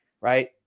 Right